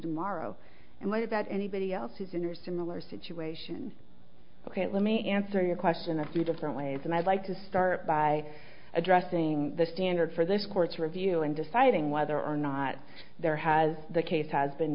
tomorrow and what about anybody else who's in your similar situation ok let me answer your question a few different ways and i'd like to start by addressing the standard for this court's review and deciding whether or not there has the case h